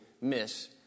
miss